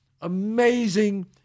amazing